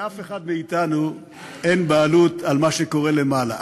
לאף אחד מאתנו אין בעלות על מה שקורה למעלה.